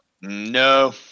No